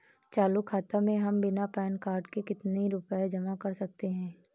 चालू खाता में हम बिना पैन कार्ड के कितनी रूपए जमा कर सकते हैं?